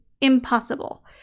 impossible